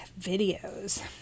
videos